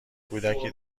کودکی